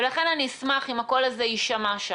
ולכן אני אשמח אם הקול הזה יישמע שם.